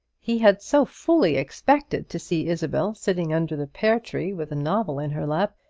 he had so fully expected to see isabel sitting under the pear-tree with a novel in her lap,